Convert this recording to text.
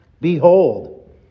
behold